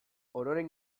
ororen